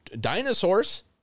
dinosaurs